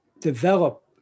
develop